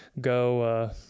go